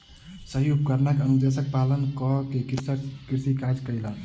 सही उपकरण अनुदेशक पालन कअ के कृषक कृषि काज कयलक